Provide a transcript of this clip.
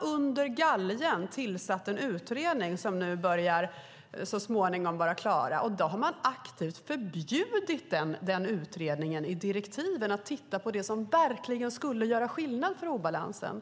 Under galgen har man tillsatt en utredning som så småningom ska bli klar. I direktiven till utredningen har man aktivt förbjudit den att titta på det som verkligen skulle göra skillnad på obalansen.